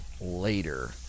later